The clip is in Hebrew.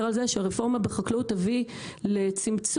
על זה שהרפורמה בחקלאות תביא לצמצום,